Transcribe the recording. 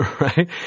right